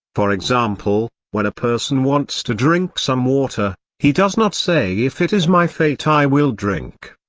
for example, when a person wants to drink some water, he does not say if it is my fate i will drink,